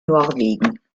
norwegen